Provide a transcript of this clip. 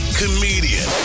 comedian